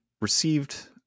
received